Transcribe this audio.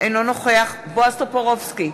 אינו נוכח בועז טופורובסקי,